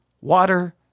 water